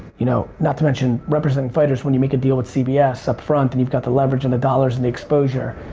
you know not to mention representing fighters when you make a deal with cbs up front and you've got the leverage and the dollars and the exposure.